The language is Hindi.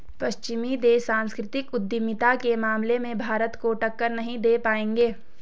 पश्चिमी देश सांस्कृतिक उद्यमिता के मामले में भारत को टक्कर नहीं दे पाएंगे